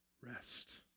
rest